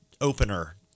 opener